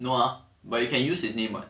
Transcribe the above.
no ah but you can use his name [what]